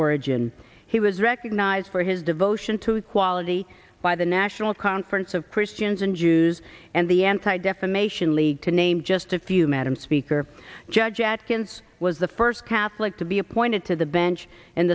origin he was recognized for his devotion to quality by the national conference of christians and jews and the anti defamation league to name just a few madam speaker judge atkins was the first catholic to be appointed to the bench